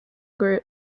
grew